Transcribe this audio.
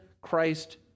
Christ